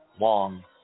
long